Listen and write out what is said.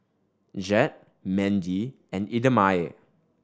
Jett Mendy and Idamae